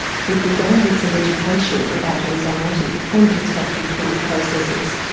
it began with some education about anxiety and destructive thought processes.